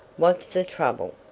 what's the trouble?